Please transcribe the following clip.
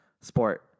sport